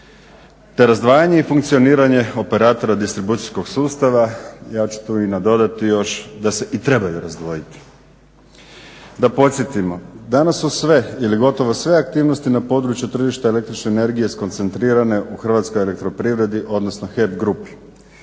te razdvajanje i funkcioniranje operatera distribucijskog sustava. Ja ću tu i nadodati još da se i trebaju razdvojiti. Da podsjetimo, danas su sve ili gotovo sve aktivnosti na području tržišta električne energije skoncentrirane u HEP-u odnosno HEP grupi.